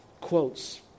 quotes